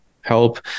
help